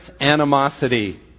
animosity